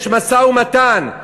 יש משא-ומתן.